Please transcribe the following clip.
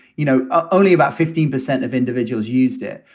you know, ah only about fifteen percent of individuals used it.